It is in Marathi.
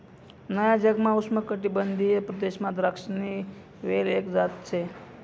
नया जगमा उष्णकाटिबंधीय प्रदेशमा द्राक्षसनी वेल एक जात शे